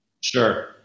Sure